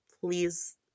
please